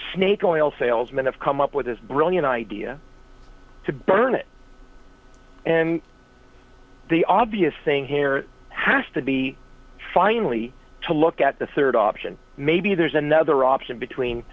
oil salesmen have come up with this brilliant idea to burn it and the obvious thing here has to be finally to look at the third option maybe there's another option between